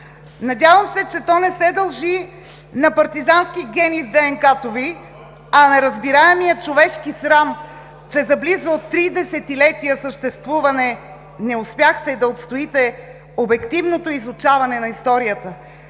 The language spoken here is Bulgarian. Надявам се, че то не се дължи на партизански гени в ДНК-то Ви, а на разбираемия човешки срам, че за близо три десетилетия съществуване не успяхте да отстоите обективното изучаване на историята.